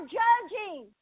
judging